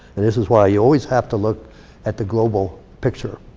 and this is why you always have to look at the global picture.